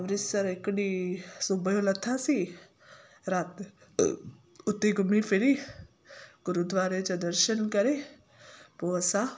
अमृतसर हिकु ॾींहुं सुबुह जो लथासीं राति उते ई घुमी फिरी गुरुद्वारे जा दर्शन करे पोइ असां